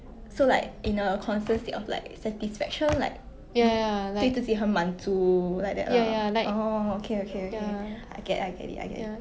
ya ya ya like ya